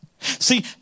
See